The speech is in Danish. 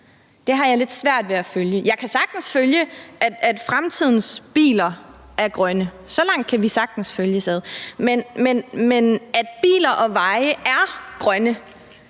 Det har jeg lidt svært ved at følge. Jeg kan sagtens følge, at fremtidens biler er grønne – så langt kan vi sagtens følges ad. Men at biler og veje er grønne,